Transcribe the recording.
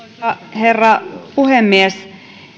herra puhemies